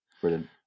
Brilliant